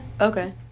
Okay